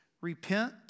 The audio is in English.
repent